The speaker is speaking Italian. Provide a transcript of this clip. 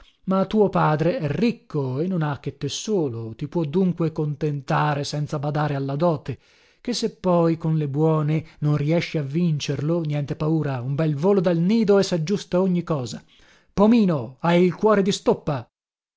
ma tuo padre è ricco e non ha che te solo ti può dunque contentare senza badare alla dote che se poi con le buone non riesci a vincerlo niente paura un bel volo dal nido e saggiusta ogni cosa pomino hai il cuore di stoppa